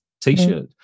T-shirt